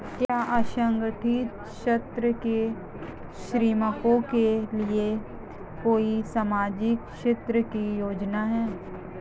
क्या असंगठित क्षेत्र के श्रमिकों के लिए कोई सामाजिक क्षेत्र की योजना है?